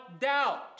doubt